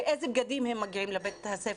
באיזה בגדים הם מגיעים לבית ספר,